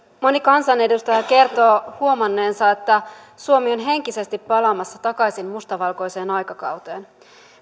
moni kansanedustaja kertoo huomanneensa että suomi on henkisesti palaamassa takaisin mustavalkoiseen aikakauteen